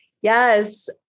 yes